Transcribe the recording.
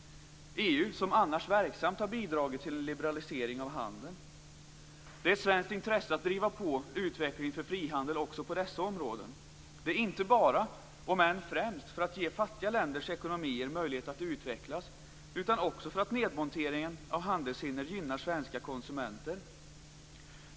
EU har annars verksamhet bidragit till en liberalisering av handeln. Det är i svenskt intresse att driva på utvecklingen för frihandel också på dessa områden. Det är inte bara - om än främst - för att ge fattiga länders ekonomier möjlighet att utvecklas, utan också för att nedmonteringen av handelshinder gynnar svenska konsumenter.